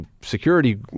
security